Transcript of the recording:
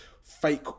fake